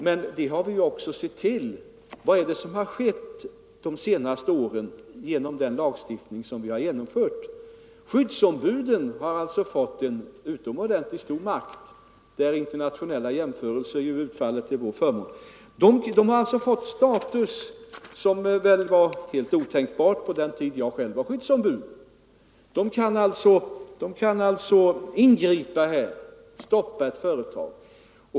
Men vi har också undersökt vad som har skett under de senaste åren genom den lagstiftning som vi har genomfört. Skyddsombuden har fått utomordentligt stor makt, där internationella jämförelser utfaller till vår förmån. De har fått en status som väl var helt otänkbar under den tid då jag själv var skyddsombud. De kan alltså ingripa och vid behov även stoppa driften i ett företag.